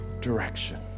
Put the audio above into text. direction